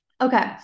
Okay